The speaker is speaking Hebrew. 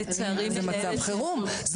זה מצב חירום.